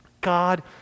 God